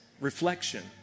reflection